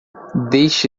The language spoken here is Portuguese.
deixe